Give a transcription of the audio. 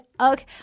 okay